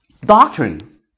doctrine